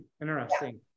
interesting